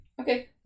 Okay